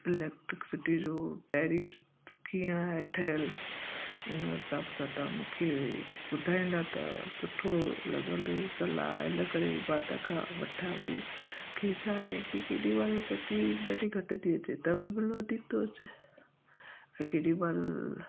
electricity जो tariff कीअं आहे ठहियल हिन हिसाब सां तव्हां मूंखे ॿुधाईंदा त सुठो लॻंदो सलाह इनकरे मां तव्हां खां वठा पेई कि छाहे कि केॾी महिल चैकिंग ॾाढी घटि थी अचे त बि बिल वधीक थो अचे ऐं केॾी महिल